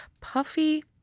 Puffy